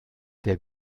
der